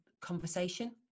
conversation